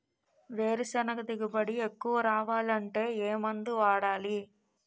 వేరుసెనగ దిగుబడి ఎక్కువ రావాలి అంటే ఏ మందు వాడాలి?